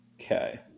Okay